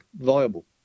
viable